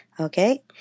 Okay